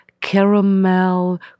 caramel